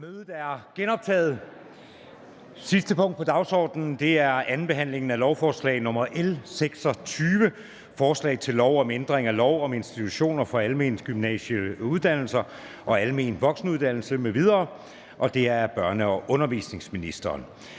14:27). --- Det sidste punkt på dagsordenen er: 2) 2. behandling af lovforslag nr. L 26: Forslag til lov om ændring af lov om institutioner for almengymnasiale uddannelser og almen voksenuddannelse m.v. (Afstandszoner i skoleåret 2023/24). Af børne- og undervisningsministeren